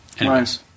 Nice